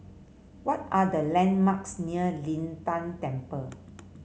what are the landmarks near Lin Tan Temple